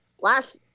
last